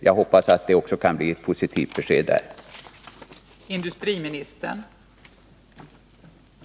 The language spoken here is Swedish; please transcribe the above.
Jag hoppas att det kan bli ett positivt besked också där.